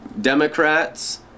Democrats